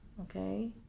Okay